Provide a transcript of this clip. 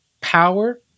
Power